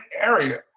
area